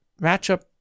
matchup